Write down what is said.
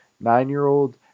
nine-year-old